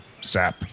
sap